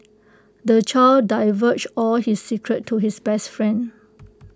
the child divulged all his secrets to his best friend